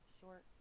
short